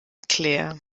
claire